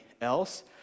else